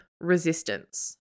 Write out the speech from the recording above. resistance